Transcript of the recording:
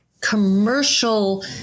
commercial